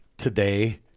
today